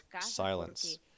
silence